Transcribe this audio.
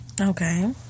Okay